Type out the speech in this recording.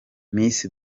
miss